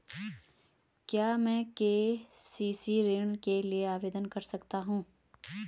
क्या मैं के.सी.सी ऋण के लिए आवेदन कर सकता हूँ?